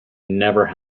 never